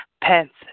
Pants